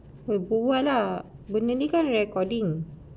bual lah benda ni kan recording